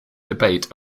debate